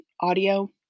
audio